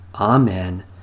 Amen